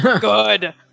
Good